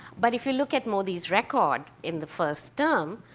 but if you look at modi's record in the first um